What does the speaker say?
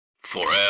Forever